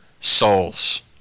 souls